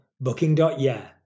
booking.yeah